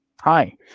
hi